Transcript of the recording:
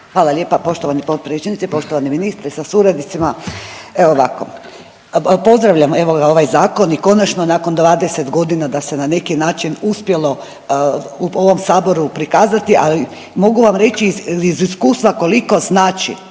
Hvala lijepa poštovani potpredsjedniče, poštovani ministre sa suradnicima. Evo ovako. Pozdravljam evo ga ovaj zakon i konačno nakon 20 godina da se na neki način uspjelo u ovom Saboru prikazati, ali mogu vam reći iz iskustva koliko znači